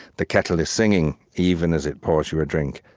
the kettle is singing even as it pours you a drink,